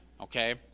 Okay